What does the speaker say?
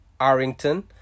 Arrington